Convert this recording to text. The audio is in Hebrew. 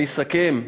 אני אסכם: